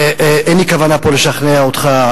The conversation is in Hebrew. אין לי כוונה פה לשכנע אותך,